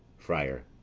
friar.